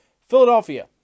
Philadelphia